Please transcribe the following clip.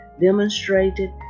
demonstrated